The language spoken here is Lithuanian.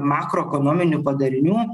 makrokonominių padarinių